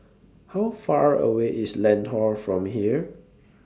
How Far A away IS Lentor from here